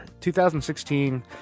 2016